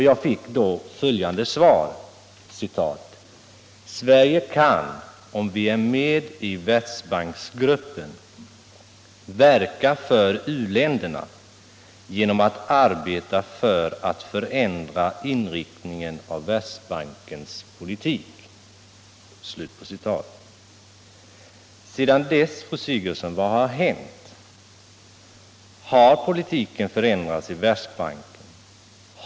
Jag fick då följande svar: ”Sverige kan om vi är med i Världsbanksgruppen verka för u-länderna genom att arbeta för att förändra inriktningen av Världsbankens politik.” Vad har hänt sedan dess, fru Sigurdsen? Har politiken förändrats i Världsbanken?